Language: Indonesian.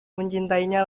mencintainya